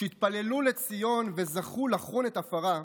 שהתפללו לציון וזכו לחון את עפרה,